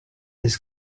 his